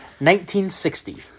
1960